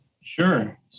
Sure